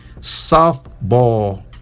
softball